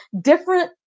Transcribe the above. different